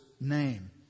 name